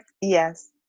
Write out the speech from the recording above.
Yes